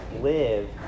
live